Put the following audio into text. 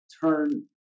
turn